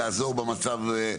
לעזור במצב,